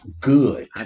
good